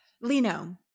Lino